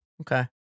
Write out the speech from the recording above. Okay